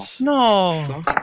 No